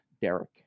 Derek